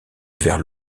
vers